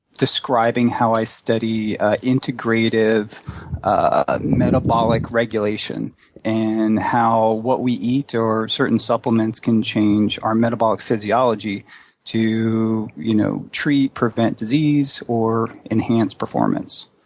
describing how i study integrative ah metabolic regulation and how what we eat or certain supplements can change our metabolic physiology to you know treat, prevent disease, or enhance performance.